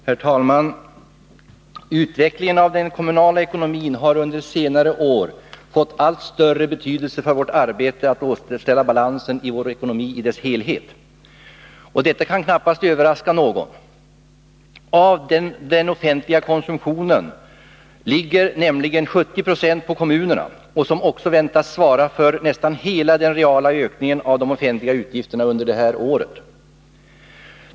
Herr talman! Utvecklingen av den kommunala ekonomin har under senare år fått allt större betydelse i arbetet med att återställa balansen i vår ekonomi i dess helhet. Detta kan knappast överraska någon. Av den offentliga konsumtionen ligger nämligen 70 Zo på kommunerna. De väntas också svara för nästan hela den reala ökningen av de offentliga utgifterna i år.